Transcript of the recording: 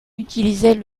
utilisait